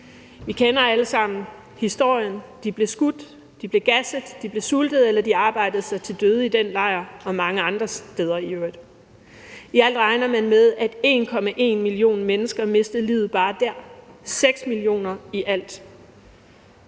Vi kender alle sammen historien: De blev skudt, de blev gasset, de blevet sultet, eller de arbejdede sig til døde i den lejr – og mange andre steder i øvrigt. I alt regner man med, at 1,1 million mennesker mistede livet bare dér og 6 millioner i alt.